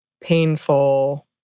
painful